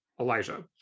Elijah